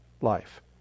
life